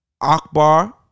Akbar